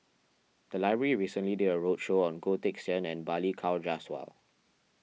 the library recently did a roadshow on Goh Teck Sian and Balli Kaur Jaswal